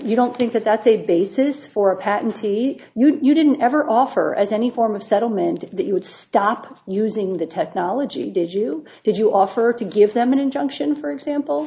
you don't think that that's a basis for a patentee you didn't ever offer as any form of settlement that you would stop using the technology did you did you offer to give them an injunction for example